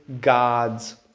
God's